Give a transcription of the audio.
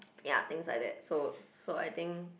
ya things like that so so I think